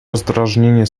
rozdrażnienie